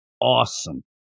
awesome